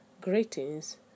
greetings